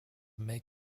make